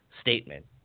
statement